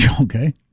Okay